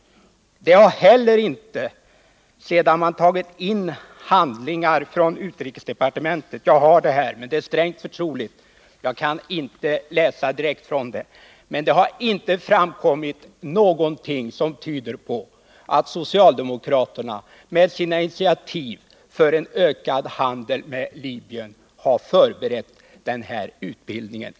Det har heller inte, sedan man tagit in handlingar från utrikesdepartementet — jag har dem här, men de är strängt förtroliga och jag kan inte läsa direkt från dem —- framkommit någonting som tyder på att socialdemokraterna med sina initiativ för en ökad handel med Libyen har förberett den här utbildningen.